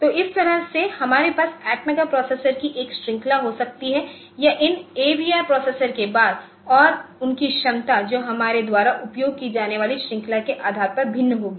तो इस तरह से हमारे पास Atmega प्रोसेसर की एक श्रृंखला हो सकती है या इन AVR प्रोसेसर के बाद और उनकी क्षमता जो हमारे द्वारा उपयोग की जाने वाली श्रृंखला के आधार पर भिन्न होगी